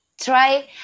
try